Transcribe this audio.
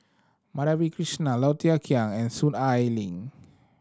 Madhavi Krishnan Low Thia Khiang and Soon Ai Ling